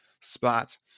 spot